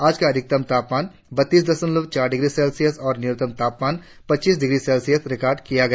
आज का अधिकतम तापमान बत्तीस दशमलव चार डिग्री सेल्सियस और न्यूनतम तापमान पच्चीस डिग्री सेल्सियस रिकार्ड किया गया